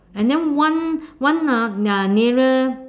and then one one ah uh nearer